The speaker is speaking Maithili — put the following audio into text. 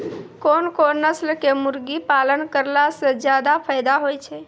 कोन कोन नस्ल के मुर्गी पालन करला से ज्यादा फायदा होय छै?